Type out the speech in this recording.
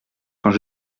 quand